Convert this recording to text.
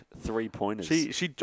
three-pointers